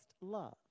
love